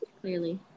Clearly